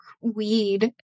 weed